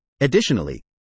Additionally